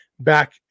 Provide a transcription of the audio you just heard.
back